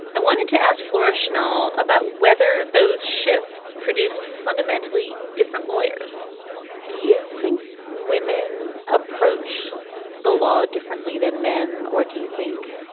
i wanted to ask flora schnall about whether those shifts produced fundamentally different lawyers do you think women approach the law differently than men or do you think.